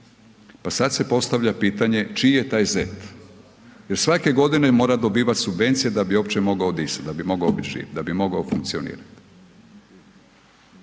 pa sad se postavlja pitanje čiji je taj ZET? Jer svake godine mora dobivati subvencije da bi uopće mogao disati, da bi mogao bit živ, da bi mogao funkcionirat.